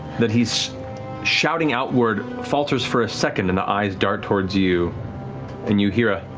that he's shouting outward falters for a second and the eyes dart towards you and you hear a